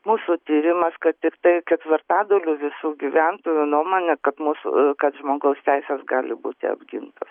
mūsų tyrimas kad tiktai ketvirtadalio visų gyventojų nuomone kad mūsų kad žmogaus teisės gali būti apgintos